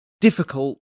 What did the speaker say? difficult